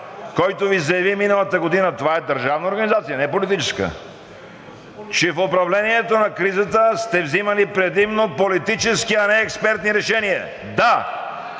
който Ви заяви миналата година – това е държавна организация, не политическа, че в управлението на кризата сте взимали предимно политически, а не експертни решения. Да,